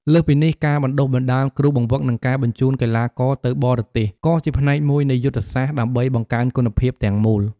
លើសពីនេះ ការបណ្ដុះបណ្ដាលគ្រូបង្វឹក និងការបញ្ជូនកីឡាករទៅបរទេស ក៏ជាផ្នែកមួយនៃយុទ្ធសាស្ត្រដើម្បីបង្កើនគុណភាពទាំងមូល។